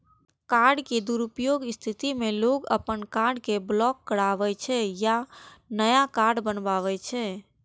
card के दुरुपयोगक स्थिति मे लोग अपन कार्ड कें ब्लॉक कराबै छै आ नया कार्ड बनबावै छै